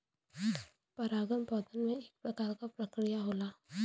परागन पौधन में एक प्रकार क प्रक्रिया होला